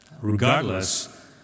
regardless